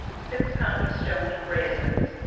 six pound of stoned raisins,